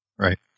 Right